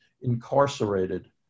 incarcerated